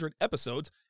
episodes